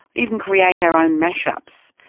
even create our own mash-ups.